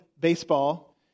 baseball